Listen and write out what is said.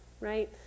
right